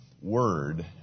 Word